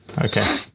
okay